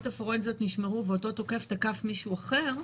הפורנזיות נשמרו ואותו תוקף תקף מישהו אחר,